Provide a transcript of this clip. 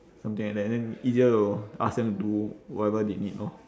something like that then easier to ask them do whatever they need lor